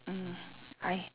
mm I